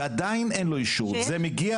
ועדיין אין לו אישור, זה מגיע